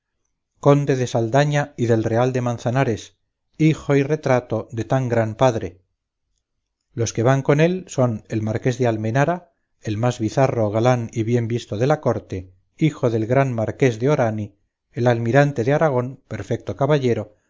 conde de saldaña y del real de manzanares hijo y retrato de tan gran padre los que van con él son el marqués de almenara el más bizarro galán y bien visto de la corte hijo del gran marqués de orani el almirante de aragón perfecto caballero